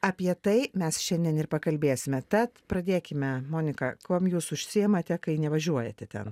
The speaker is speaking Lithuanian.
apie tai mes šiandien ir pakalbėsime tad pradėkime monika kuom jūs užsiimate kai nevažiuojate ten